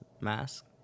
mask